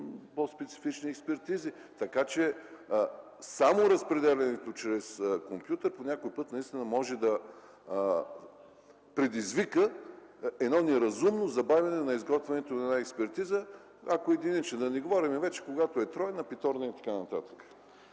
по-специфични експертизи, така че само разпределянето чрез компютър, по някой път може да предизвика неразумно забавяне на изготвянето на една експертиза, ако е единична. Да не говорим вече когато е тройна, петорна и т.н.